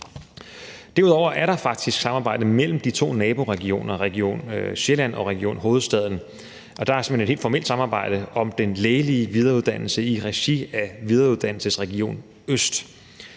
Derudover er der faktisk samarbejde mellem de to naboregioner, Region Sjælland og Region Hovedstaden. Der er simpelt hen et helt formelt samarbejde om den lægelige videreuddannelse i regi af Videreuddannelsesregion Øst,